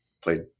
played